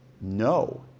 No